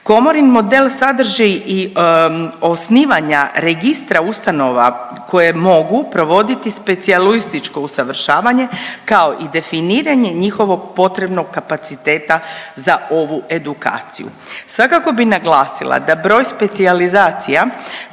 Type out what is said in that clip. Komorin model sadrži i osnivanja Registra ustanova koje mogu provoditi specijalističko usavršavanje, kao i definiranje njihovog potrebnog kapaciteta za ovu edukaciju. Svakako bi naglasila da broj specijalizacija